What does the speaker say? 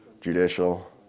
judicial